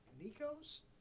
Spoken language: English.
Nico's